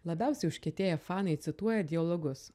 labiausiai užkietėję fanai cituoja dialogus